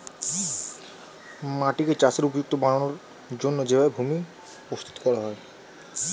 মাটিকে চাষের উপযুক্ত বানানোর জন্যে যেই ভাবে ভূমি প্রস্তুত করা হয়